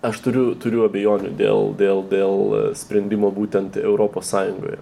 aš turiu turiu abejonių dėl dėl dėl sprendimo būtent europos sąjungoje